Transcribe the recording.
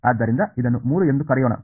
ಆದ್ದರಿಂದ ಇದನ್ನು 3 ಎಂದು ಕರೆಯೋಣ